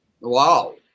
wow